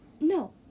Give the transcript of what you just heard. No